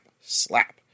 slap